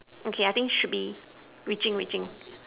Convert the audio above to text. okay I think should be reaching reaching